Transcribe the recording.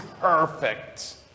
perfect